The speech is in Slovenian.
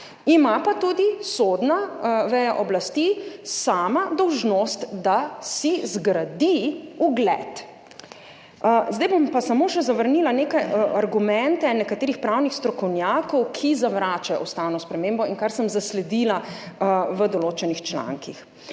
Ima pa tudi sodna veja oblasti sama dolžnost, da si zgradi ugled. Zdaj bom pa samo še zavrnila neke argumente nekaterih pravnih strokovnjakov, ki zavračajo ustavno spremembo in kar sem zasledila v določenih člankih.